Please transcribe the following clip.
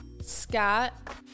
Scott